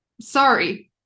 Sorry